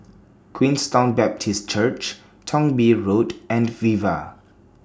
Queenstown Baptist Church Thong Bee Road and Viva